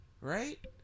Right